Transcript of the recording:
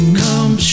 come